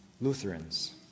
Lutherans